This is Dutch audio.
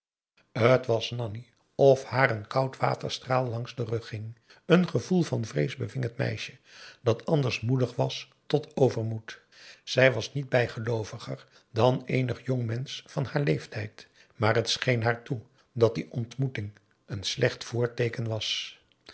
t was nanni of haar een koud water straal langs den rug ging een gevoel van vrees beving het meisje dat anders moedig was tot overmoed zij was niet bijgelooviger dan eenig jong mensch van haar leeftijd maar het scheen haar toe dat die ontmoeting een slecht voorteeken was